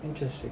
interesting